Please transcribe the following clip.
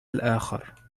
الآخر